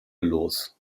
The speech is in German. los